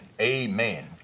Amen